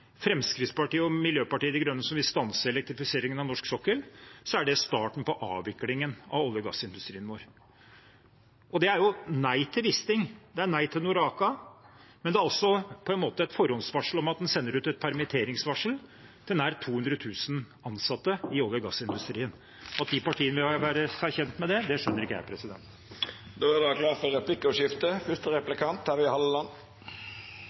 Fremskrittspartiet og Miljøpartiet De Grønne, som vil stanse elektrifiseringen av norsk sokkel: Det er starten på avviklingen av olje- og gassindustrien vår. Det er nei til Wisting, det er nei til NOAKA. Men det er på en måte også et forhåndsvarsel om at en sender ut et permitteringsvarsel til nær 200 000 ansatte i olje- og gassindustrien . At de partiene kan være bekjent av det , skjønner ikke jeg. Det vert replikkordskifte. Jeg har tidligere stilt spørsmål til statsråden om kostnadene for